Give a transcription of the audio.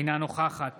אינה נוכחת